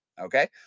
okay